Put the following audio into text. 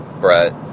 Brett